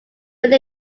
would